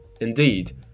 Indeed